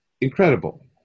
incredible